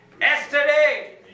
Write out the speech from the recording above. yesterday